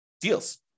deals